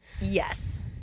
yes